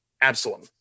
Absalom